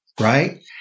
Right